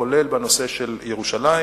כולל בנושא ירושלים.